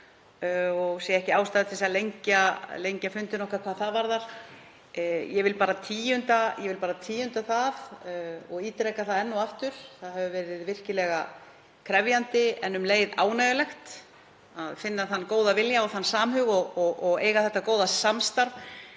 og sé ekki ástæðu til að lengja fundinn okkar hvað það varðar. Ég vil bara tíunda það og ítreka enn og aftur að það hefur verið virkilega krefjandi en um leið ánægjulegt að finna þann góða vilja og þann samhug og eiga þetta góða samstarf